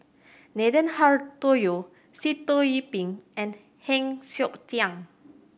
Nathan Hartono Sitoh Yih Pin and Heng Siok Tian